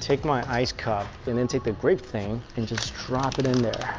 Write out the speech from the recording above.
take my ice cup and then take the grape thing and just drop it in there